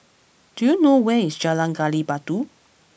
do you know where is Jalan Gali Batu